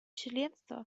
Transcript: членства